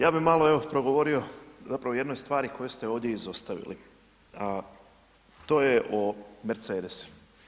Ja bi malo evo, progovorio zapravo o jednoj stvari, koju ste ovdje izostavili, a to je o Mercedesu.